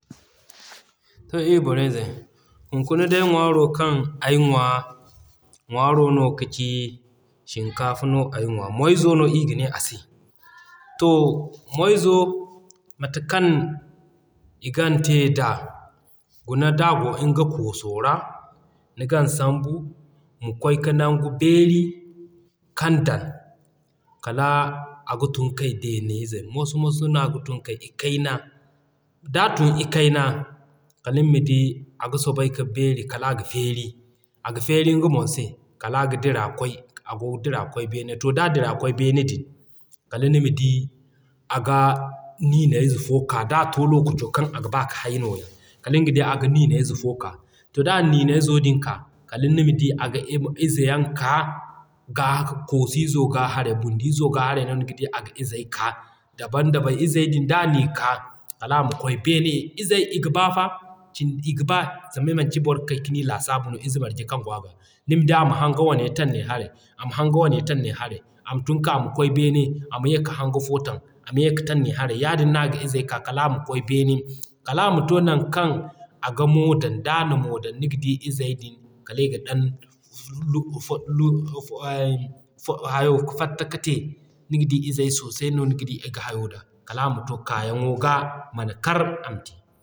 To ii borey zey, hunkuna day ŋwaaro kaŋ ay ŋwa, ŋwaaro no kaci shinkafa no ay ŋwa, moy zo no ii gane a se. To moy zo mate kaŋ i gan te da, guna d'a goo nga kooso ra ni gan sambu, ma kwaay ka nangu be'ri kaŋ dan kala aga tun kay deeney ze moso-moso na ga tun kay i kayna. D'a tun i kayna kaliŋ ma di aga soobay ka beeri kala aga feeri, aga feeri nga boŋ se kala aga dira kwaay a goo ga dira kwaay beene. To d'a dira kwaay beene din, kala nima di aga niinay ze fo ka d'a to lokaco kaŋ aga ba ka hay nooya. Kaliŋ ga di aga niinay ze fo ka. D'a na niinay zo din ka, niga di aga ize yaŋ k'a gaa koosi izo ga haray, bundu izo ga haray no niga di aga izey ka daban daban izey din d'a ni ka, kala ama kwaay beene izey i ga baa fa i ga baa, zama manci boro ga kay kani laasabu no ize marje kaŋ goo aga. Nima di ama haŋga wane tan nee haray, ama haŋga wane tan nee haray ama tun kay ama kwaay beene ama ye ka haŋga fo tan, ama ye ka tan nee haray. Yaadin no aga izey ka kala ama kwaay beene, kala ama to non kaŋ aga Mo dan. D'a na Mo dan niga di izey din kala i ga dan ka fatta ka te, niga di izey sosai no niga di i ga hayo da kala ama to k'a yaŋo ga man kar ama te.